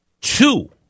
two